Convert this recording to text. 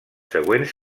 següents